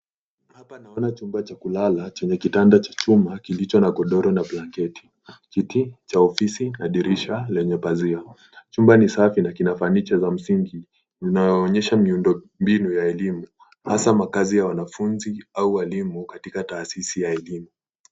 Hapa naona chumba cha kulala chenye kitanda cha chuma kilicho na godoro na blanketi, kiti cha ofisi na dirisha lenye pazia. Chumba ni safi na kina fanicha za msingi unayoonyesha miundombinu ya elimu hasa makaazi ya wanafunzi au walimu katika taasisi ya elimu.